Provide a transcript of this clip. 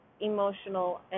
emotional